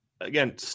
again